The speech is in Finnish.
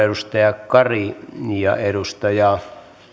edustaja kari ja edustaja